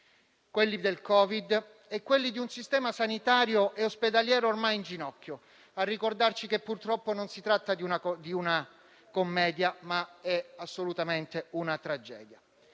quelli del Covid e quelli di un sistema sanitario e ospedaliero ormai in ginocchio, a ricordarci che purtroppo non si tratta di una commedia, ma assolutamente di una tragedia.